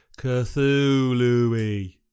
cthulhu